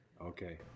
Okay